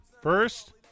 First